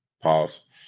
Pause